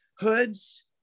Hoods